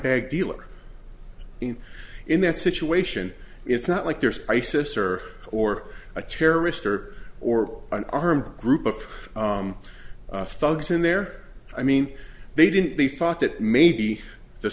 bag deal or in in that situation it's not like there's isis or or a terrorist or or an armed group of thugs in there i mean they didn't they thought that maybe the